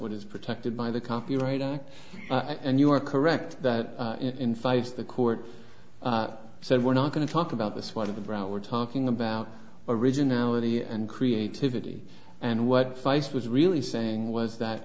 what is protected by the copyright and you are correct that in five of the court said we're not going to talk about this one of the brown we're talking about originality and creativity and what feist was really saying was that